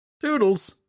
Doodles